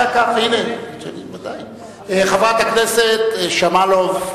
חברת הכנסת שמאלוב,